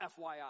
FYI